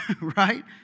Right